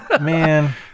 Man